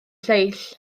lleill